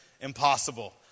impossible